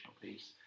piece